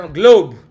globe